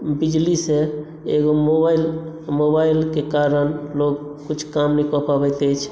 बिजली सॅं एगो मोबाइल मोबाइलके कारण लोक किछु काम नहि कऽ पाबैत अछि